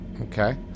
Okay